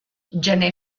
gener